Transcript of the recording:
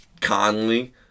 Conley